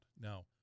Now